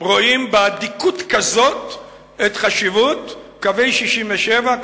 רואים באדיקות כזאת את חשיבות קווי 1967,